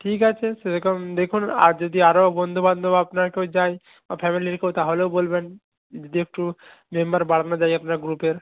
ঠিক আছে সেরকম দেখুন আর যদি আরও বন্ধু বান্ধব আপনার কেউ যায় বা ফ্যামিলির কেউ তাহলেও বলবেন যদি একটু মেম্বার বাড়ানো যায় আপনার গ্রুপের